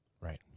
Right